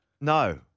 No